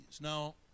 Now